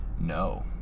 no